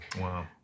wow